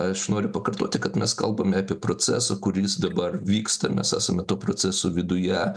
aš noriu pakartoti kad mes kalbame apie procesą kuris dabar vyksta mes esame to proceso viduje